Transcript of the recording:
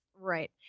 right